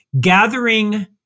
gathering